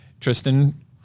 Tristan